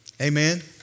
Amen